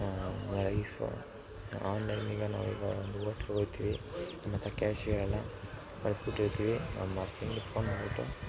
life ಆನ್ಲೈನಿಗೆ ನಾವೀಗ ಒಂದು ಹೋಟ್ಲುಗೆ ಹೋಯ್ತಿವಿ ಮತ್ತು ಕ್ಯಾಶ್ ಇರೋಲ್ಲ ಮರ್ತುಬಿಟ್ಟಿರ್ತೀವಿ ನಮ್ಮ ಫ್ರೆಂಡಿಗೆ ಫೋನ್ ಮಾಡ್ಬಿಟ್ಟು